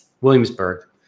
Williamsburg